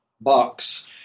box